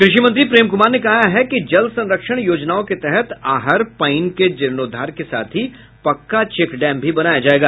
कृषि मंत्री प्रेम कुमार ने कहा है कि जल संरक्षण योजनाओं के तहत आहर पईन के जीर्णोद्वार के साथ ही पक्का चेकडैम भी बनाया जायेगा